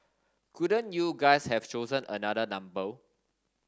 couldn't you guys have chosen another number